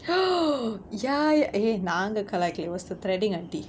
ya eh நாங்க கலாய்க்கல:naanga kalaaikkala it was the threading auntie